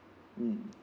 mm